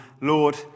Lord